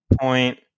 point